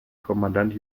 kommandant